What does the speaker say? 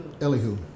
Elihu